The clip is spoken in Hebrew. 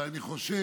אבל אני חושב